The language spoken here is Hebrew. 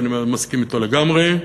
ואני מסכים אתו לגמרי,